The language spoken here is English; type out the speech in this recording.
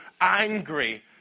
angry